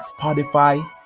spotify